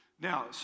Now